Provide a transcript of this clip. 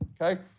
Okay